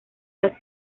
las